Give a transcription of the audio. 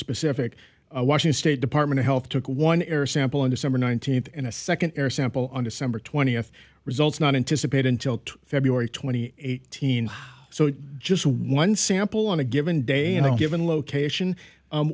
specific washington state department of health took one air sample in december nineteenth and a second air sample on december twentieth results not interested until february twenty eighth teen so just one sample on a given day and a given location